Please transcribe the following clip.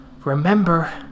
remember